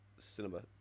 Cinema